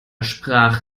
sprach